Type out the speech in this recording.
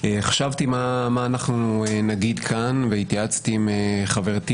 חשבתי מה נגיד כאן והתייעצתי עם חברתי,